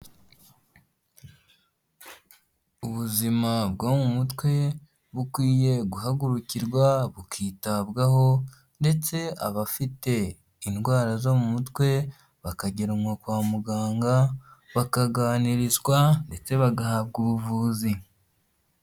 Ubuzima bwo mu mutwe bukwiye guhagurukirwa bukitabwaho ndetse abafite indwara zo mu mutwe bakajyanwa kwa muganga, bakaganirizwa ndetse bagahabwa ubuvuzi.